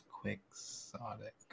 Quixotic